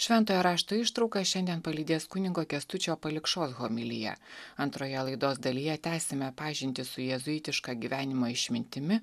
šventojo rašto ištraukas šiandien palydės kunigo kęstučio palikšos homilija antroje laidos dalyje tęsiame pažintį su jėzuitiška gyvenimo išmintimi